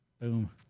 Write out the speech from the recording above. Boom